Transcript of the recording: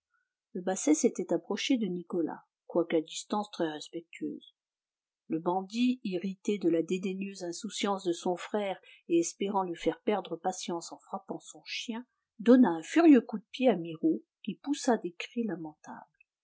le basset s'était approché de nicolas quoiqu'à distance très respectueuse le bandit irrité de la dédaigneuse insouciance de son frère et espérant lui faire perdre patience en frappant son chien donna un furieux coup de pied à miraut qui poussa des cris lamentables